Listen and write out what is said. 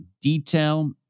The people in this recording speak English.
detail